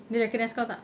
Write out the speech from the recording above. dia recognise kau tak